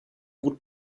gut